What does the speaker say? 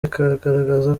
bikagaragaza